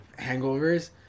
Hangovers